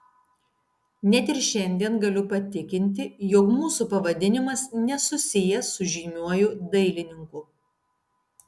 net ir šiandien galiu patikinti jog mūsų pavadinimas nesusijęs su žymiuoju dailininku